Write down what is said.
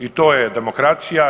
I to je demokracija.